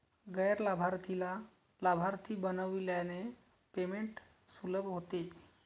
गैर लाभार्थीला लाभार्थी बनविल्याने पेमेंट सुलभ होते